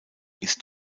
ist